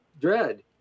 dread